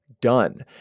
done